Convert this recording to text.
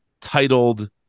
titled